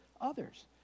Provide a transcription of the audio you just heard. others